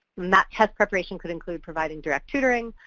that test preparation could include providing direct tutoring,